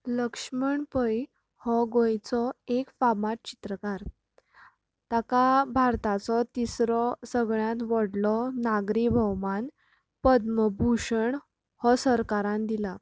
लक्ष्मण पै हो गोंयचो एक फामाद चित्रकार ताका भारताचो तिसरो सगळ्यांत व्हडलो नागरी भोवमान पद्मभूशण हो सरकारान दिला